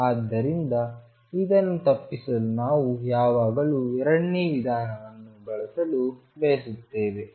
ಆದ್ದರಿಂದಇದನ್ನು ತಪ್ಪಿಸಲು ನಾವು ಯಾವಾಗಲೂ ಎರಡನೇ ವಿಧಾನವನ್ನು ಬಳಸಲು ಬಯಸುತ್ತೇವೆ